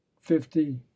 fifty